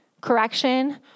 correction